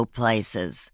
places